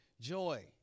joy